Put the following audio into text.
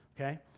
Okay